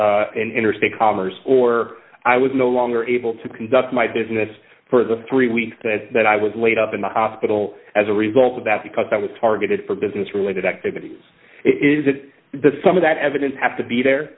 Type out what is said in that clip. quitman interstate commerce or i was no longer able to conduct my business for the three weeks that i was laid up in the hospital as a result of that because that was targeted for business related activities is it that some of that evidence have to be there